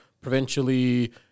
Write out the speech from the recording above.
provincially